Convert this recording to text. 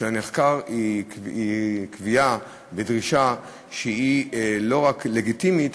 על-ידי הנחקר היא קביעה בדרישה שהיא לא רק לגיטימית,